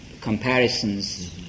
comparisons